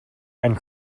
and